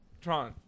Tron